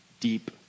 deep